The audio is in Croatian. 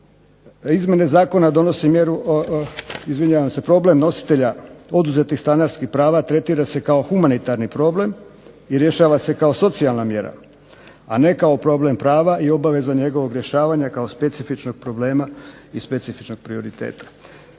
Izmjene Zakona donose, problem nositelja oduzetih stanarskih prava tretira se kao humanitarni problem i rješava se kao socijalna mjera a ne kao problem prava i obaveza njegovog rješavanja kao specifičnog problema i specifičnog prioriteta.